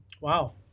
Wow